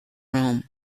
rome